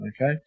okay